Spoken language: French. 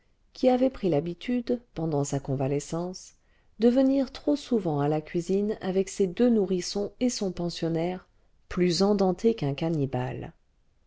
qui avait pris l'habitude pendant sa convalescence de venir trop souvent à la cuisine avec ses deux nourrissons et son pensionnaire plus endenté qu'un cannibale